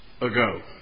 ago